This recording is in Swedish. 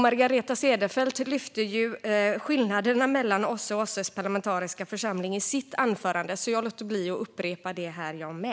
Margareta Cederfelt lyfte ju skillnaderna mellan OSSE och OSSE:s parlamentariska församling i sitt anförande, så jag låter bli att upprepa detta här.